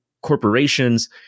corporations